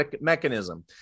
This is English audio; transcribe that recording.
mechanism